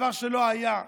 דבר שלא היה.